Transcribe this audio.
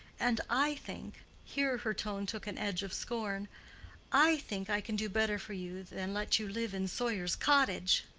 and i think here her tone took an edge of scorn i think i can do better for you than let you live in sawyer's cottage.